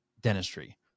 Dentistry